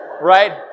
Right